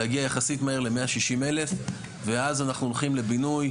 להגיע יחסית מהר ל-160 אלף ואז אנחנו הולכים לבינוי,